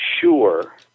sure